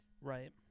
Right